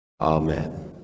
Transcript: Amen